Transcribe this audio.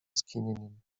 skinieniem